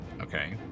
Okay